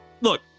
look